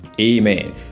Amen